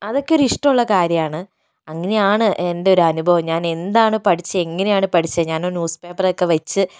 അതൊക്കെ ഒരു ഇഷ്ടമുള്ള കാര്യമാണ് അങ്ങനെയാണ് എൻ്റെ ഒരു അനുഭവം ഞാൻ എന്താണ് പഠിച്ചത് എങ്ങനെയാണ് പഠിച്ചയത് ഞാൻ ഒരു ന്യൂസ് പേപ്പറൊക്കെ വച്ച്